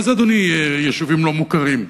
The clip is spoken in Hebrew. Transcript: מה זה, אדוני, יישובים לא מוכרים?